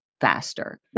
faster